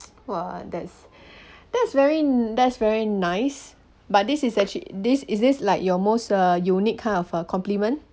!wah! that's that's very n~ that's very nice but this is actually this is this like your most uh unique kind of a compliment